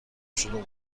شلوغ